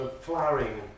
flowering